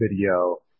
video